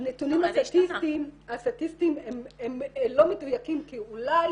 הנתונים הסטטיסטיים הם לא מדויקים כי אולי